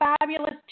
fabulous